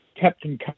captain